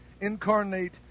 incarnate